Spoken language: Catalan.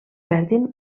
perdin